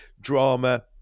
drama